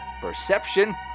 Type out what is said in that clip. perception